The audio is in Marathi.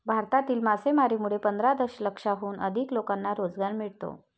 भारतातील मासेमारीमुळे पंधरा दशलक्षाहून अधिक लोकांना रोजगार मिळतो